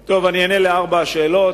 טוב, אני אענה על ארבע השאלות.